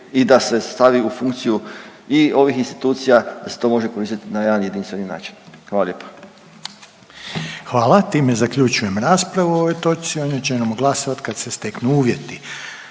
i da se stavi u funkciju i ovih institucija da se to može koristiti na jedan jedinstveni način. Hvala lijepa. **Reiner, Željko (HDZ)** Hvala. Time zaključujem raspravu o ovoj točci, o njoj ćemo glasovat kad se steknu uvjeti.